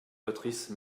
patrice